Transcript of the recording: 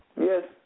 Yes